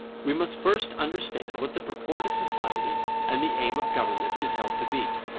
we must first understand what the purport of society and the aim of government is held to be.